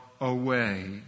away